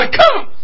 come